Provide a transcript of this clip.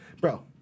Bro